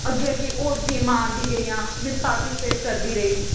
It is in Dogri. अग्गै अग्गै होर गेमां औंदी गेइयां में पाटिसपेट करदी रेही